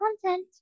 content